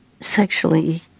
Sexually